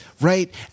right